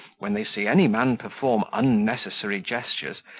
when they see any man perform unnecessary gestures,